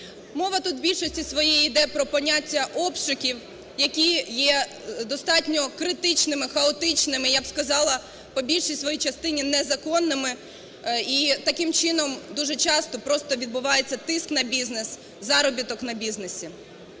Мова тут в більшості своїй іде про поняття обшуків, які є достатньо критичними хаотичними, я б сказала, по більшій своїй частині незаконними і таким чином дуже часто просто відбувається тиск на бізнес, заробіток на бізнесі.